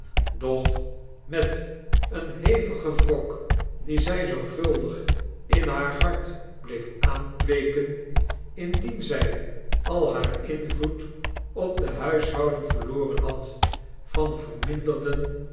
machteloosheidin-doch met een hevigen wrok dien zy zorgvuldig in haar hart bleef aankweeken lndien zij al haar invloed op de huishouding verloren had van verminderden